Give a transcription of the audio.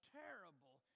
terrible